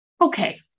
Okay